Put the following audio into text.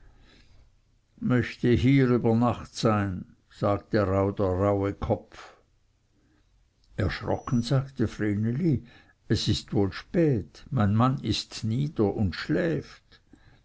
möchte hier über nacht sein sagte rauh der rauhe kopf erschrocken sagte vreneli es ist wohl spät mein mann ist nieder und schläft